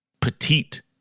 petite